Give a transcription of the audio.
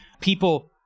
people